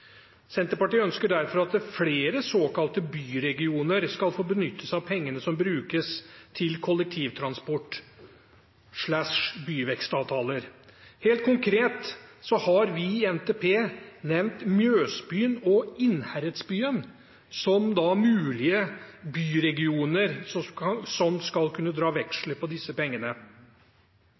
Senterpartiet ønsker derfor at flere såkalte byregioner skal få benytte seg av pengene som brukes til kollektivtransport/byvekstavtaler. Helt konkret har vi i NTP nevnt Mjøsbyen og Innherredsbyen som mulige byregioner som skal kunne dra veksler på disse pengene.